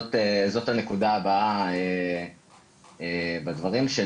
זאת הנקודה הבאה בדברים שלי.